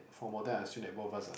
formal then I assume that both of us are